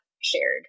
shared